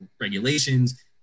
regulations